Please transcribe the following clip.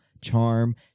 Charm